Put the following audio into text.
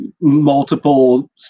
multiple